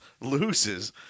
loses